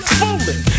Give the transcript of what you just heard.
fooling